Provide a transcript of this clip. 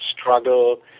struggle